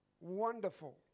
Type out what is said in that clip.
wonderful